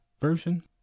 version